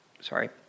sorry